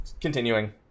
continuing